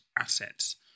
assets